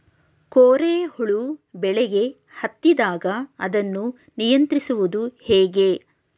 ಕೋರೆ ಹುಳು ಬೆಳೆಗೆ ಹತ್ತಿದಾಗ ಅದನ್ನು ನಿಯಂತ್ರಿಸುವುದು ಹೇಗೆ?